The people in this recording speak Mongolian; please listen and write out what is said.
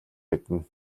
мэднэ